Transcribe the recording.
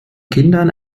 kindern